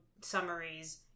summaries